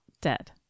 dead